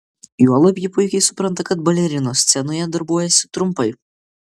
juolab ji puikiai supranta kad balerinos scenoje darbuojasi trumpai